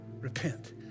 repent